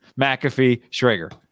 McAfee-Schrager